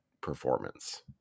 performance